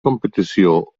competició